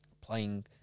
playing